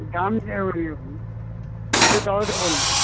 দাম এলে তবে তো বলবো